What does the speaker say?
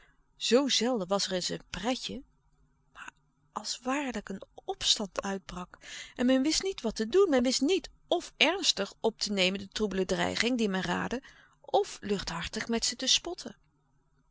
zoo zelden was er eens een pretje maar als waarlijk een opstand uitbrak en men wist niet wat te doen men wist niet f ernstig op te nemen de troebele dreiging die men raadde f luchthartig met ze te spotten